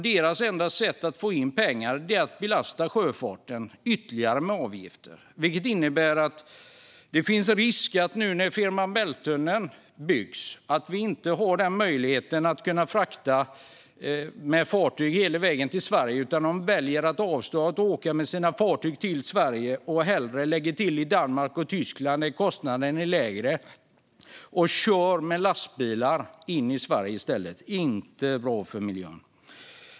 Deras enda sätt att få in pengar är att belasta sjöfarten med ytterligare avgifter, vilket innebär en risk. Nu byggs Fehmarn Bält-tunneln. Det finns då en risk att man inte har möjlighet att frakta med fartyg hela vägen till Sverige. Man kanske väljer att avstå från att åka med sina fartyg till Sverige och hellre lägger till i Danmark och Tyskland, där kostnaden är lägre, och kör in i Sverige med lastbilar i stället. Det är inte bra för miljön.